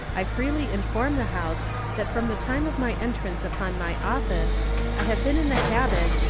i freely inform the house that from the time of my entrance upon my office i have been in the habit,